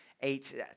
eight